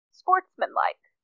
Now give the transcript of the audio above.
sportsmanlike